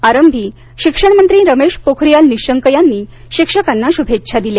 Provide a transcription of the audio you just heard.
आरंभी शिक्षण मंत्री रमेश पोखरियाल निशंक यांनी शिक्षकांना शुभेच्छा दिल्या